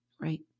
Right